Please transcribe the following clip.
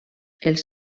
els